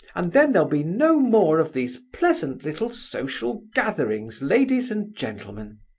and then there'll be no more of these pleasant little social gatherings, ladies and gentlemen.